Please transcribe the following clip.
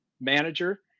manager